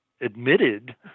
admitted